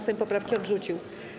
Sejm poprawki odrzucił.